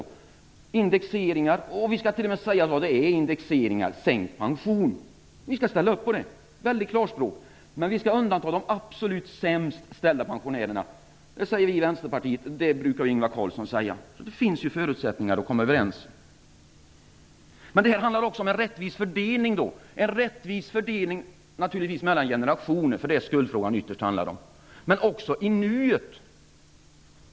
Vi skall ställa upp på indexeringar och vi skall t.o.m. säga vad indexeringar är: sänkt pension. Vi skall ställa upp på det och tala klarspråk. Men vi skall undanta de absolut sämst ställda pensionärerna. Det säger vi i Vänsterpartiet, och det brukar Ingvar Carlsson säga. Det finns alltså förutsättningar för att komma överens. Underskottsdebatten handlar om en rättvis fördelning mellan generationer. Det är vad skuldfrågan ytterst handlar om. Det fördelningskravet måste också gälla nuet.